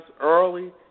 early